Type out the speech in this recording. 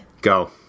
Go